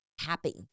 happy